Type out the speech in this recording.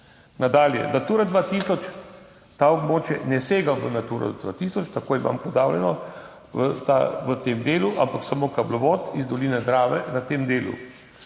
Nadalje, Natura 2000. To območje ne sega v Naturo 2000, tako imam predstavljeno v tem delu, ampak samo kablovod iz doline Drave na tem delu.